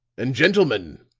and, gentlemen,